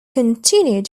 continued